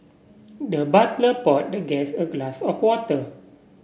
the butler poured the guest a glass of water